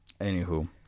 anywho